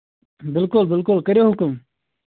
بِلکُل بِلکُل کٔرِو حُکُم